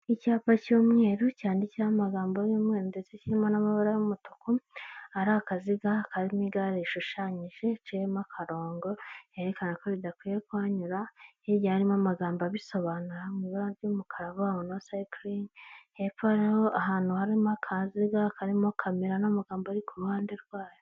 Icyapa cy'umweru, cyanditseho amagambo y'umweru, ndetse kirimo amabara y'umutuku, ari akaziga karimo igare rishushayije riciyemo akarongo, herekana ko bidakwiye kuhanyura, hirya harimo amagambo abisobanura mu ibara ry'umukara avuga ngo no sayikiringi, hepfo hariho ahantu harimo akaziga karimo kamera n'amagambo ari ku ruhande rwayo.